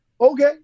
okay